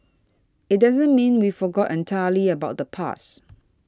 it doesn't mean we forgot entirely about the past